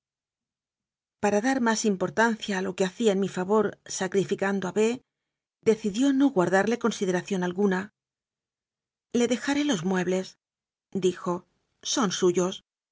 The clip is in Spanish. para dar más importancia a lo que hacía en mi favor sacrificando a b decidió no guardarle consideración alguna le dejaré los muebles dijo son suyos